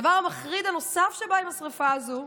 הדבר המחריד הנוסף שבא עם השרפה הזו,